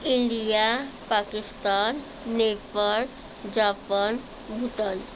India Pakistan Nepal Japan Bhutan